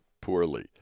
poorly